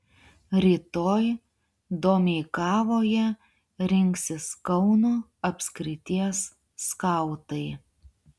rytoj domeikavoje rinksis kauno apskrities skautai